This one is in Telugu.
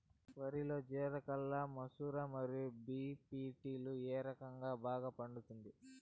వరి లో జిలకర మసూర మరియు బీ.పీ.టీ లు ఏ రకం బాగా పండుతుంది